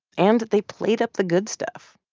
and they played up the good stuff.